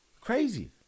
Crazy